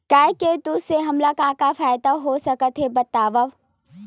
गाय के दूध से हमला का का फ़ायदा हो सकत हे बतावव?